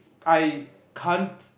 I can't